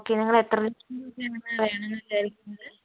okay നിങ്ങൾ എത്ര ലക്ഷം രൂപയാണ് വേണം എന്ന് വിചാരിക്കുന്നത്